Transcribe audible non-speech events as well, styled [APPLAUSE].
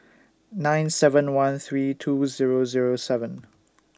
nine seven one three two Zero Zero seven [NOISE]